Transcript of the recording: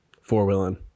Four-wheeling